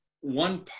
one